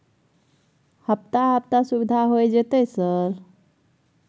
हफ्ता हफ्ता सुविधा होय जयते सर?